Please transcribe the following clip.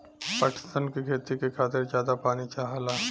पटसन के खेती के खातिर जादा पानी चाहला